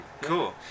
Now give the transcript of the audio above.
Cool